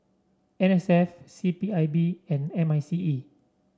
N S F C P I B and M I C E